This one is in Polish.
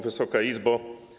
Wysoka Izbo!